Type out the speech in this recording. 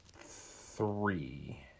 three